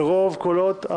ברוב קולות,